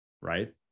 Right